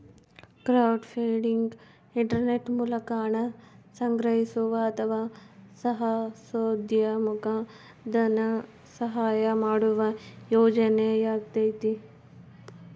crowdfunding internet ಮೂಲಕ ಹಣ ಸಂಗ್ರಹಿಸುವ ಅಥವಾ ಸಾಹಸೋದ್ಯಮುಕ್ಕ ಧನಸಹಾಯ ಮಾಡುವ ಯೋಜನೆಯಾಗೈತಿ